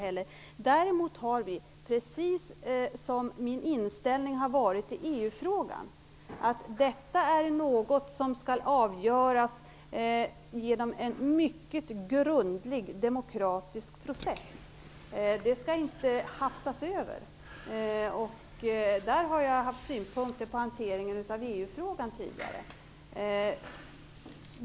Min inställning här har varit, precis som i EU frågan, att detta är något som skall avgöras genom en mycket grundlig demokratisk process. Det skall inte hafsas över. Där har jag haft synpunkter på hanteringen av EU frågan tidigare.